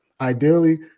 Ideally